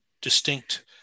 distinct